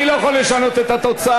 אני לא יכול לשנות את התוצאה,